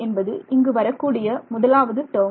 என்பது இங்கு வரக்கூடிய முதலாவது டேர்ம்